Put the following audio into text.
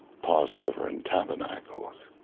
passover and tabernacles,